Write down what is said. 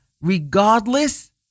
regardless